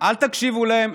אל תקשיבו להם.